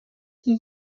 ceux